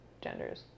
genders